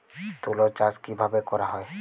তুলো চাষ কিভাবে করা হয়?